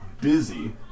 busy